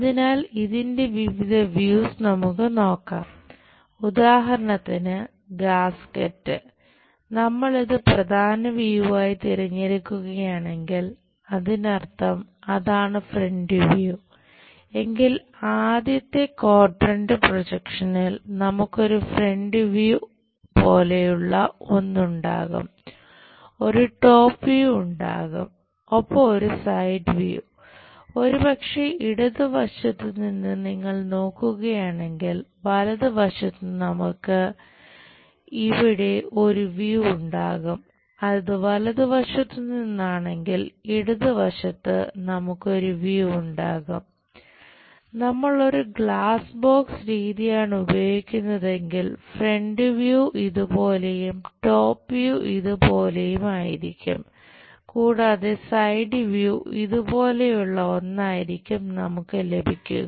അതിനാൽ ഇതിന്റെ വിവിധ വ്യൂസ് ഉണ്ടാകും നമ്മൾ ഒരു ഗ്ലാസ് ബോക്സ് രീതിയാണ് ഉപയോഗിക്കുന്നതെങ്കിൽ ഫ്രണ്ട് വ്യൂ ഇത് പോലെയുള്ള ഒന്നായിരിക്കും നമുക്ക് ലഭിക്കുക